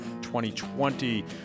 2020